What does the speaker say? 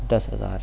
دس ہزار